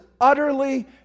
utterly